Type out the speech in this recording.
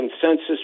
consensus